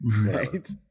Right